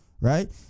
right